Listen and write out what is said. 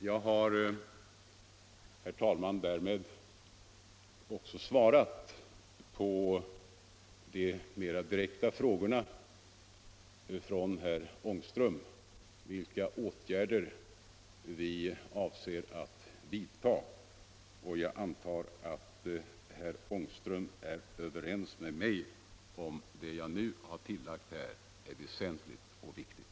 Jag har, herr talman, därmed också svarat på de mera direkta frågorna från herr Ångström om vilka åtgärder vi avser att vidta. Jag antar att herr Ångström är överens med mig om att det som jag nu har anfört är väsentligt och viktigt.